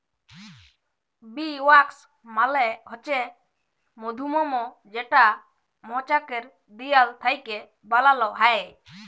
bee wax মালে হছে মধুমম যেটা মচাকের দিয়াল থ্যাইকে বালাল হ্যয়